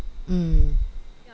mm